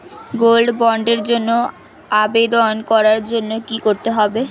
Gold বন্ডের জন্য আবেদন করার জন্য কি করতে হবে?